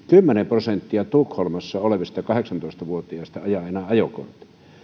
kymmenen prosenttia tukholmassa olevista kahdeksantoista vuotiaista ajaa ajokortin